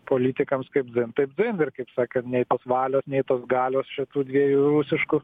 politikams kaip taip dzin ir kaip sakant nei tos valios nei tos galios šitų dviejų rusiškų